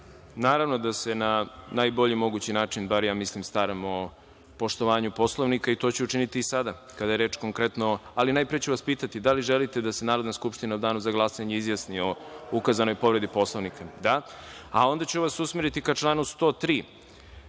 naravno da se na najbolji mogući način, bar ja mislim staram o poštovanju Poslovnika, i to ću učiniti sada, kada je reč… Najpre ću vas pitati – da li želite da se Narodna skupština u danu za glasanje izjasni o ukazanoj povredi Poslovnika? Da. Usmeriću vas ka članu 103.